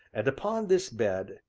and upon this bed,